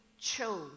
chose